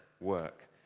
work